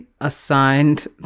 assigned